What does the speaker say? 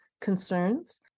concerns